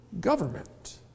government